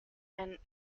and